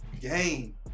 game